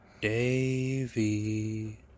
Davy